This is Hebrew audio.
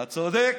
אתה צודק.